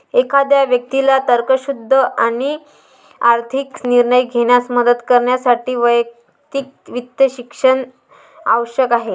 एखाद्या व्यक्तीला तर्कशुद्ध आर्थिक निर्णय घेण्यास मदत करण्यासाठी वैयक्तिक वित्त शिक्षण आवश्यक आहे